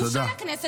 בושה לכנסת,